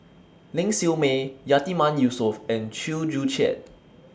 Ling Siew May Yatiman Yusof and Chew Joo Chiat